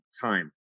time